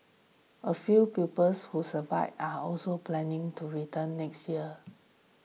a few pupils who survived are also planning to return next year